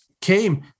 came